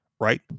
right